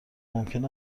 ممکن